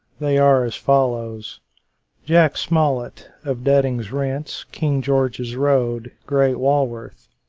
they are as follows jack smollet, of dudding's rents, king george's road, great walworth,